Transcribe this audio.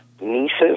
nieces